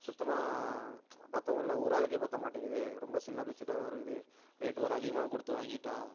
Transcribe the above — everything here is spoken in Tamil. சுத்தமாக பற்றவும் இல்ல ஒரு ஆளுக்கே பற்ற மாட்டேங்கிது ரொம்ப சின்ன பெட்ஷீட்டாகவும் இருக்குது ரேட் வேறு அதிகமாக கொடுத்து வாங்கிவிட்டோம்